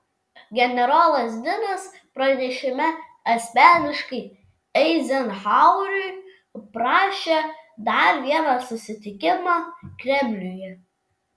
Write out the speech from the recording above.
generolas dinas pranešime asmeniškai eizenhaueriui aprašė dar vieną susitikimą kremliuje